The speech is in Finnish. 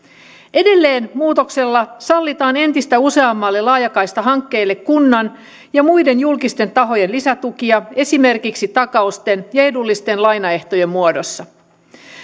edelleen muutoksella sallitaan entistä useammalle laajakaistahankkeelle kunnan ja muiden julkisten tahojen lisätukia esimerkiksi takausten ja edullisten lainaehtojen muodossa